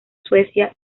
suecia